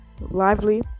lively